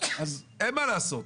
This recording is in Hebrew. אז אין מה לעשות,